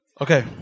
Okay